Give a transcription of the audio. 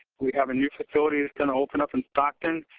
we have a new facility that's going to open up in stockton.